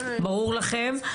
ברור לכם.